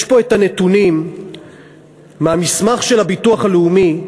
יש פה הנתונים מהמסמך של הביטוח הלאומי,